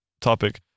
topic